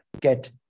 get